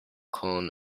con